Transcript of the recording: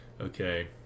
Okay